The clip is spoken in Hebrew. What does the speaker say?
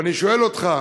ואני שואל אותך,